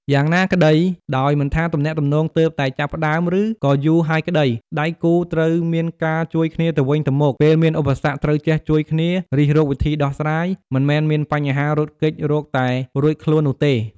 យ៉ាងណាកីដោយមិនថាទំនាក់ទំនងទើបតែចាប់ផ្តើមឬក៏យូរហើយក្តី ដៃគូរត្រូវមានការជួយគ្នាទៅវិញទៅមក ពេលមានឧបសគ្គត្រូវចេះជួយគ្នារិះរកវិធីដោះស្រាយមិនមែនមានបញ្ហារត់គេចរកតែរួចខ្លួននោះទេ។